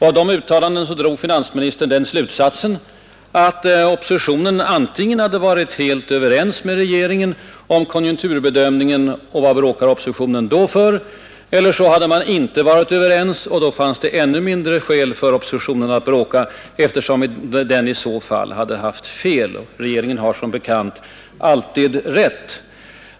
Av de uttalandena drog finansministern den slutsatsen att oppositionen antingen hade varit helt överens med regeringen om konjunkturbedömningen — och vad bråkade oppositionen då för — eller också inte varit överens — och då fanns det ännu mindre skäl för oppositionen att bråka, eftersom den i så fall hade haft fel. Regeringen har som bekant alltid rätt.